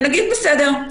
ונגיד בסדר,